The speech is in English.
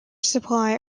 supply